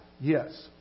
Yes